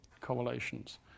correlations